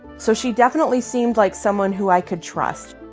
so she definitely seemed like someone who i could trust